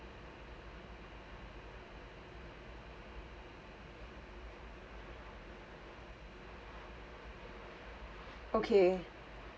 okay